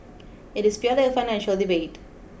it is purely a financial debate